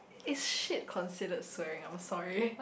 is shit considered swearing I'm sorry